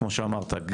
כמו שאמרת,